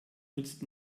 nützt